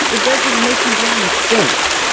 it doesn't make you want to think.